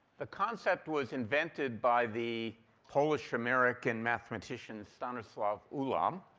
the concept was invented by the polish american mathematician, stanislaw ulam.